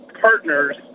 partner's